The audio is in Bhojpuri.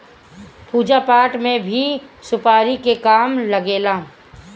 पूजा पाठ में भी सुपारी के काम लागेला